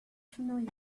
familiar